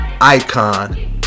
Icon